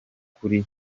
kuri